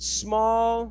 small